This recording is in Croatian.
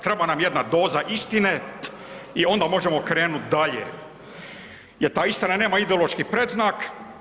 Treba nam jedna doza istine i onda možemo krenut dalje jel ta istina nema ideološki predznak.